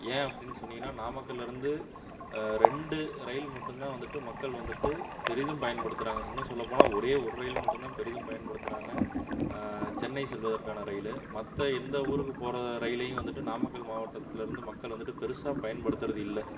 ஏன் அப்படின்னு சொன்னீங்கன்னா நாமக்கல்லில் இருந்து ரெண்டு ரயில் மட்டுந்தான் வந்துவிட்டு மக்கள் வந்துவிட்டு பெரிதும் பயன்படுத்துகிறாங்க இன்னும் சொல்லப்போனால் ஒரே ஒரு ரயில் மட்டுந்தான் பெரிதும் பயன்படுத்துகிறாங்க சென்னை செல்வதற்கான ரயிலு மற்ற எந்த ஊருக்குப் போகிற ரயிலையும் வந்துவிட்டு நாமக்கல் மாவட்டத்தில் இருந்து மக்கள் வந்துவிட்டு பெருசாக பயன்படுத்துகிறது இல்லை